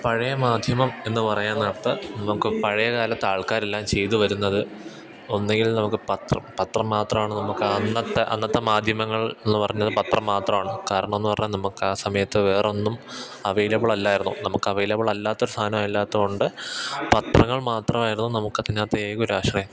പഴയ മാധ്യമം എന്നു പറയുന്നിടത്ത് നമുക്കു പഴയ കാലത്ത് ആൾക്കാരെല്ലാം ചെയ്തുവരുന്നത് ഒന്നെങ്കിൽ നമുക്ക് പത്രം പത്രം മാത്രമാണ് നമുക്കാ അന്നത്തെ അന്നത്തെ മാധ്യമങ്ങളെന്നു പറഞ്ഞതു പത്രം മാത്രമാണ് കാരണമെന്നുപറഞ്ഞാല് നമുക്കാ സമയത്ത് വേറൊന്നും അവൈലബിളല്ലായിരുന്നു നമുക്കവൈലബിളല്ലാത്തൊരു സാധനം ഇല്ലാത്തതുകൊണ്ട് പത്രങ്ങൾ മാത്രമായിരുന്നു നമ്മുക്കതിനകത്തെ ഏക ഒരാശ്രയം